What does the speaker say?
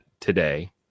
today